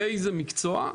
PA זה מקצוע.